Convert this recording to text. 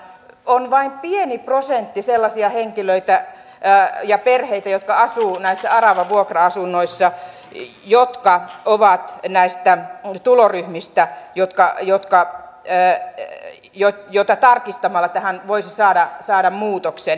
on vain pieni prosentti sellaisia henkilöitä ja perheitä jotka asuvat näissä aravavuokra asunnoissa jotka ovat näistä tuloryhmistä joita tarkistamalla tähän voisi saada muutoksen